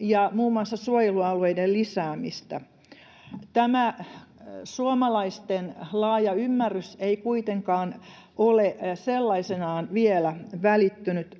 ja muun muassa suojelualueiden lisäämistä. Tämä suomalaisten laaja ymmärrys ei kuitenkaan ole sellaisenaan vielä välittynyt